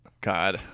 God